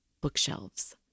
bookshelves